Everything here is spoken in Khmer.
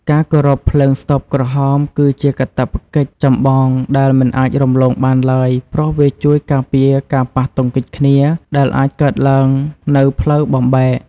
ការគោរពភ្លើងស្តុបក្រហមគឺជាកាតព្វកិច្ចចម្បងដែលមិនអាចរំលងបានឡើយព្រោះវាជួយការពារការប៉ះទង្គិចគ្នាដែលអាចកើតឡើងនៅផ្លូវបំបែក។